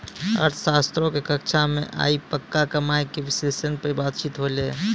अर्थशास्त्रो के कक्षा मे आइ पक्का कमाय के विश्लेषण पे बातचीत होलै